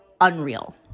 unreal